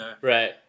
right